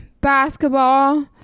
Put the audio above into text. basketball